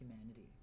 humanity